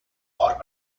more